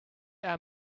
are